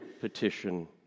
petition